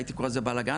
הייתי קורא לזה בלגן,